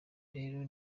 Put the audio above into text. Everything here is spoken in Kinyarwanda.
rero